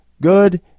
good